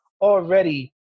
already